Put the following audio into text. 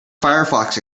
firefox